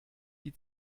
die